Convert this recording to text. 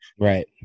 Right